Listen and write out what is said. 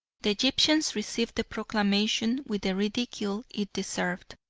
the egyptians received the proclamation with the ridicule it deserved,